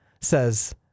says